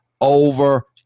over